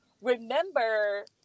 remember